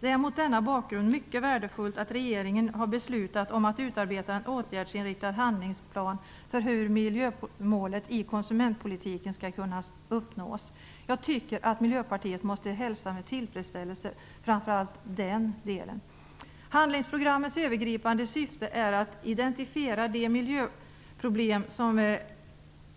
Det är mot denna bakgrund mycket värdefullt att regeringen har beslutat att utarbeta en åtgärdsinriktad handlingsplan för hur miljömålet i konsumentpolitiken skall kunna uppnås. Jag tycker att Miljöpartiet måste hälsa framför allt den delen med tillfredsställelse. Handlingsprogrammets övergripande syfte är att identifiera de miljöproblem som är